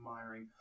admiring